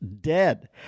dead